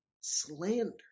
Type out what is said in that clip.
slander